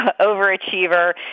overachiever